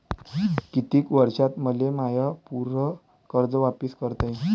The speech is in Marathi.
कितीक वर्षात मले माय पूर कर्ज वापिस करता येईन?